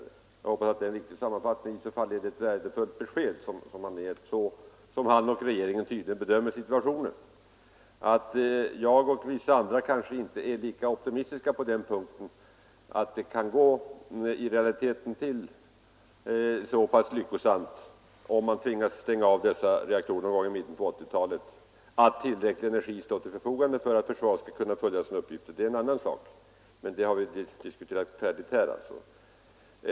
Jag hoppas det är en riktig sammanfattning. I så fall är det ett värdefullt besked om hur försvarsministern och regeringen tydligen bedömer situationen. Att jag och andra inte delar denna optimistiska uppfattning att om man tvingas stänga av ifrågavarande reaktorer i mitten på 1980-talet tillräcklig energi ändå skall stå till förfogande för att försvaret skall kunna sköta sina uppgifter — det är en annan sak, men i detta stycke har vi tydligen diskuterat färdigt här.